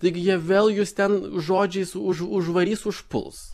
lyg jie vėl jus ten žodžiais už užvarys užpuls